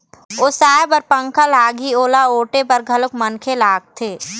ओसाय बर पंखा लागही, ओला ओटे बर घलोक मनखे लागथे